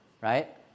Right